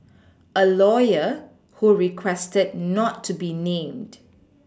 a lawyer who requested not to be named